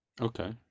okay